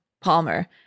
palmer